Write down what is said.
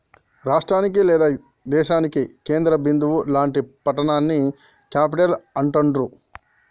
రాష్టానికి లేదా దేశానికి కేంద్ర బిందువు లాంటి పట్టణాన్ని క్యేపిటల్ అంటాండ్రు